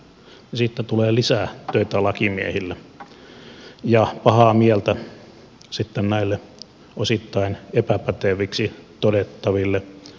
siitä tulee lisää töitä lakimiehille ja pahaa mieltä sitten näille osittain epäpäteviksi todettaville rakennusalan ammattilaisille